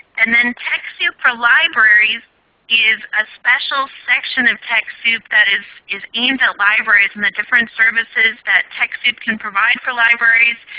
and then techsoup for libraries is a special section of techsoup that is is aimed at libraries, and the different services that techsoup can provide for libraries,